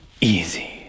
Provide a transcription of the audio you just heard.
easy